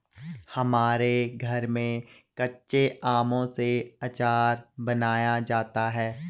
हमारे घर में कच्चे आमों से आचार बनाया जाता है